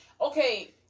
okay